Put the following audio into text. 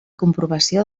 comprovació